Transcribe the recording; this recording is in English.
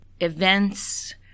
events